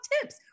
tips